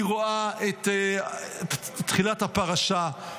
היא רואה את תחילת הפרשה,